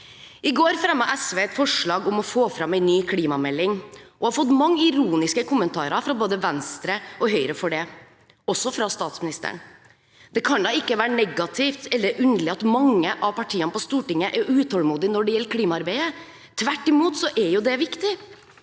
I går fremmet SV et forslag om å få fram en ny klimamelding. De har fått mange ironiske kommentarer fra både Venstre og Høyre for det, også fra statsministeren. Det kan da ikke være negativt eller underlig at mange av partiene på Stortinget er utålmodige når det gjelder klimaarbeidet. Tvert imot er det jo viktig.